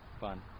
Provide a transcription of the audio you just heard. fun